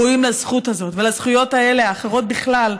ראויים לזכות הזאת ולזכויות האחרות בכלל.